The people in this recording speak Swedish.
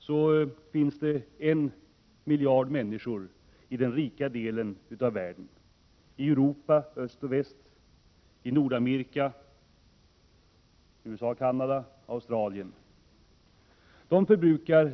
Det finns en miljard människor i den rika delen av världen, dvs. i Östoch Västeuropa, USA, Canada och Australien.